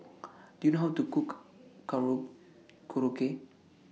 Do YOU know How to Cook Karo Korokke